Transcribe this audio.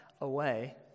away